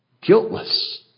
guiltless